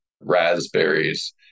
raspberries